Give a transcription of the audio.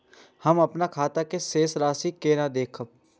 हम अपन खाता के शेष राशि केना देखब?